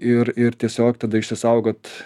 ir ir tiesiog tada išsisaugot